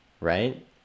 Right